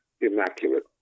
immaculate